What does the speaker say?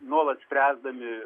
nuolat spręsdami